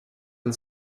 and